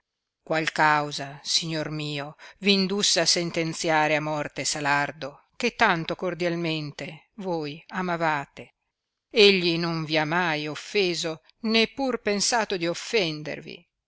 qual causa signor mio vi indusse a sentenziare a morte salardo che tanto cordialmente voi amavate egli non vi ha mai offeso né pur pensato di offendervi